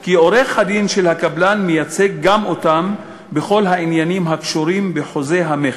כי עורך-הדין של הקבלן מייצג גם אותם בכל העניינים הקשורים בחוזה המכר.